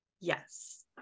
Yes